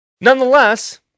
Nonetheless